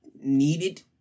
needed